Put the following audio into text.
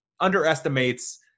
underestimates